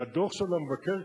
והדוח של המבקר,